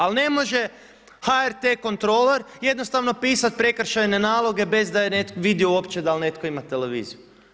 Ali ne može HRT kontrolor jednostavno pisat prekršajne naloge bez da je vidio uopće da li netko ima televiziju.